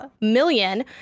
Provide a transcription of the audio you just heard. million